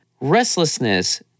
restlessness